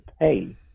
pay